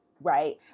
right